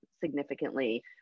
significantly